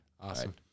Awesome